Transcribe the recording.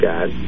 God